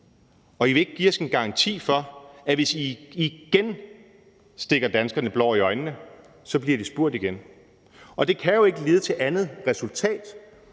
Og I vil ikke give os en garanti for, at hvis I igen stikker danskerne blår i øjnene, så bliver de spurgt igen. Det kan jo ikke lede til andet resultat